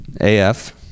AF